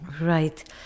Right